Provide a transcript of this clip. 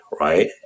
right